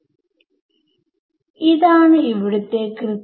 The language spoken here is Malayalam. ഇപ്പോൾ ഞാൻ ഇത് ആദ്യത്തെ ടെർമ് ആയിട്ട് എന്താണ് എഴുതേണ്ടത്